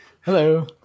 Hello